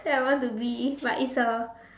that I want to be but it's a